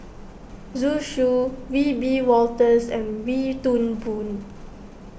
Zhu Xu Wiebe Wolters and Wee Toon Boon